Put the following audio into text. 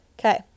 Okay